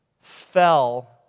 fell